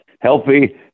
healthy